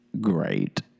great